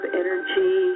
energy